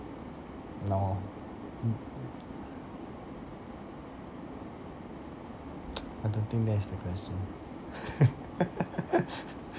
no mm mm I don't think that is the question